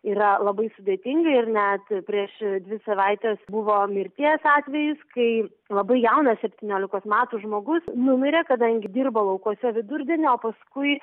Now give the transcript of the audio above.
yra labai sudėtinga ir net prieš dvi savaites buvo mirties atvejis kai labai jaunas septyniolikos metų žmogus numirė kadangi dirbo laukuose vidurdienį o paskui